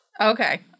Okay